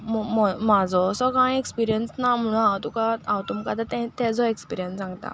आतां म्हजो असो कांय एक्सपिरियंस ना म्हणून हांव तुका हांव तुमकां ताजो एक्सपिरियंस सांगता